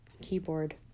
keyboard